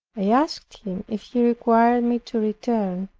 i asked him if he required me to return,